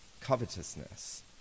covetousness